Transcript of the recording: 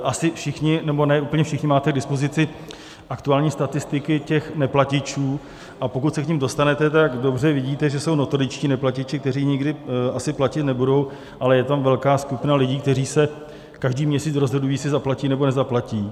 Asi všichni, nebo ne úplně všichni, máte k dispozici aktuální statistiky těch neplatičů, a pokud se k nim dostanete, tak dobře vidíte, že jsou notoričtí neplatiči, kteří nikdy asi platit nebudou, ale je tam velká skupina lidí, kteří se každý měsíc rozhodují, jestli zaplatí, nebo nezaplatí.